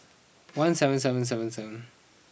one seven seven seven seven